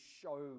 show